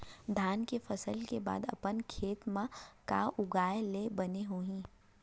धान के फसल के बाद अपन खेत मा का उगाए ले बने होही?